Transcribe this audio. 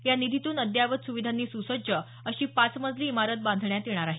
या निधीतून अद्ययावत सुविधांनी सुसज्ज अशी पाच मजली इमारत बांधण्यात येणार आहे